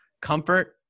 comfort